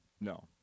no